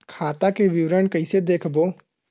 खाता के विवरण कइसे देखबो?